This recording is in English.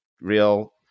real